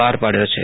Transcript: બહાર પાડયો છે